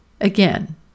again